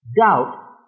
Doubt